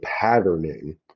patterning